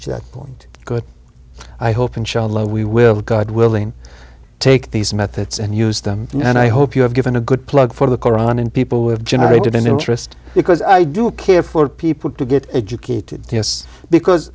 that point good i hope and show love we will god willing take these methods and use them and i hope you have given a good plug for the koran and people who have generated an interest because i do care for people to get educated yes because